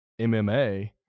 MMA